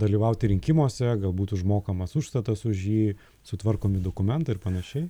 dalyvauti rinkimuose galbūt užmokamas užstatas už jį sutvarkomi dokumentai ir panašiai